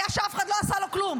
הייתה שאף אחד לא עשה לו כלום,